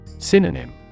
Synonym